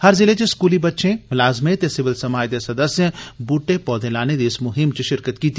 हर जिले च स्कूली बच्चें मलाजमें ते सिविल समाज दे सदस्यें बूहटे पौधे लाने दी इस मुहिम च षिरकत कीती